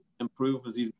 Improvements